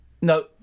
No